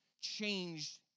changed